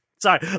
Sorry